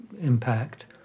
impact